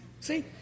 See